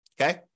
okay